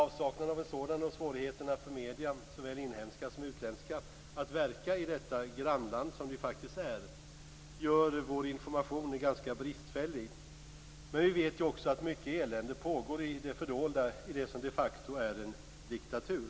Avsaknaden av en sådan och svårigheterna för medierna, såväl inhemska som utländska, att verka i detta grannland, som det ju faktiskt är, gör att vår information är ganska bristfällig. Vi vet också att mycket elände pågår i det fördolda i det som de facto är en diktatur.